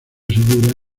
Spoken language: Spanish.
segura